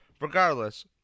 Regardless